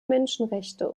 menschenrechte